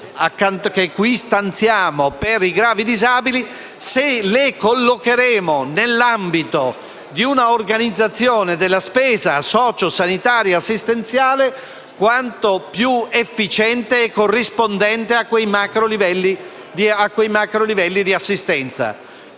che qui stanziamo per i gravi disabili se le collocheremo nell'ambito di una organizzazione della spesa sociosanitaria assistenziale quanto più efficiente e corrispondente a quei macrolivelli di assistenza.